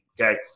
okay